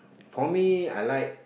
for me I like